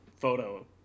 photo